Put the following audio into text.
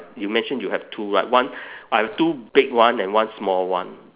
you mentioned you have two right one I have two big one and one small one